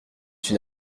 une